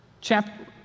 chapter